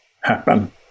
happen